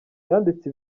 yanditse